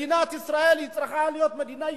מדינת ישראל צריכה להיות מדינה יהודית,